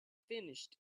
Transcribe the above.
finished